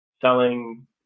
selling